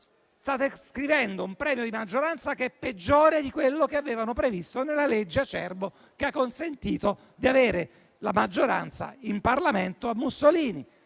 State scrivendo un premio di maggioranza che è peggiore di quello che avevano previsto nella legge Acerbo, che ha consentito di avere la maggioranza in Parlamento a Mussolini.